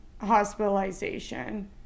hospitalization